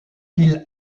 qu’il